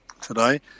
today